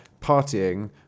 partying